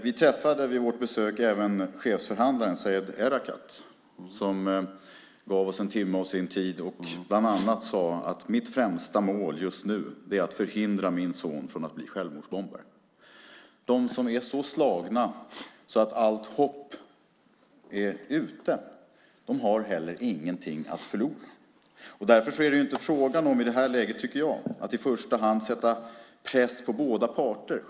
Vi träffade vid vårt besök även chefsförhandlaren Saeb Erekat som gav oss en timma av sin tid och som bland annat sade: Mitt främsta mål just nu är att förhindra min son från att bli självmordsbombare. De som är så slagna att allt hopp är ute har heller ingenting att förlora. Därför är det i det här läget inte fråga om, tycker jag, att i första hand sätta press på båda parter.